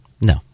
No